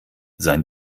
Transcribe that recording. sein